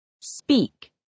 Speak